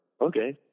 okay